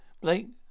Blake